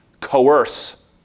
coerce